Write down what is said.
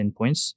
endpoints